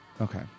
Okay